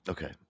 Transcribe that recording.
Okay